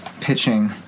pitching